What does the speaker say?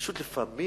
לפעמים